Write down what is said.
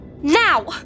Now